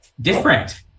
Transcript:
different